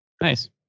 Nice